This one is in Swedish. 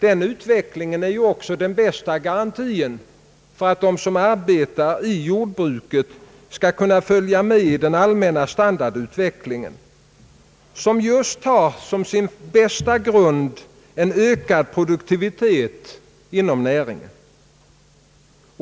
Den utvecklingen är ju också bästa garantin för att de som arbetar i jordbruket skall kunna följa med i den allmänna standardutvecklingen, som just har sin bästa grund i en ökad produktivitet inom näringen.